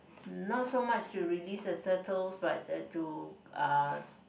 not so much to release the turtles but uh to uh